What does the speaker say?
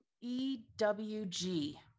E-W-G